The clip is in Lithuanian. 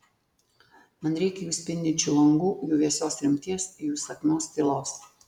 man reikia jų spindinčių langų jų vėsios rimties jų įsakmios tylos